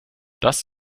das